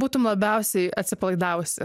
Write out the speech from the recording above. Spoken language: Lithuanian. būtum labiausiai atsipalaidavusi